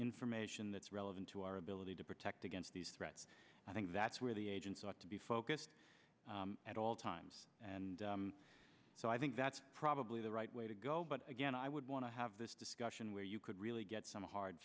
information that's relevant to our ability to protect against these threats i think that's where the agents ought to be focused at all times and so i think that's probably the right way to go but again i would want to have this discussion where you could really get some hard